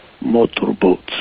motorboats